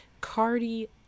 Cardi